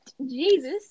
Jesus